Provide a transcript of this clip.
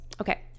Okay